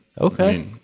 Okay